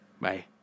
Bye